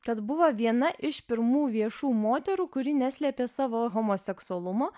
kad buvo viena iš pirmų viešų moterų kuri neslėpė savo homoseksualumo